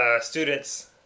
students